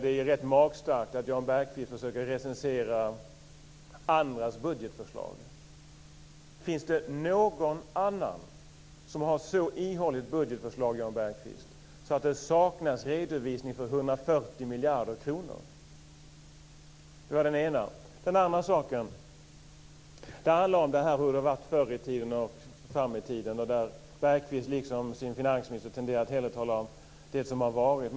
Det är rätt magstarkt att Jan Bergqvist försöker recensera andras budgetförslag. Finns det någon annan som har ett så ihåligt budgetförslag, Jan Bergqvist, att det saknas redovisning för 140 miljarder kronor? Det var det ena. Den andra saken handlar om hur det varit förr i tiden och hur det blir i framtiden. Där tenderar Jan Bergqvist liksom sin finansminister att hellre tala om det som har varit.